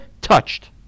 touched